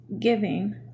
giving